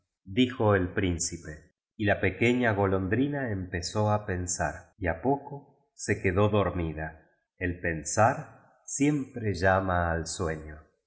dijo ri principe y la pequeña golondrina empezó a pensar y a poco so quedó dormida el pensar siem pre llama ai sueño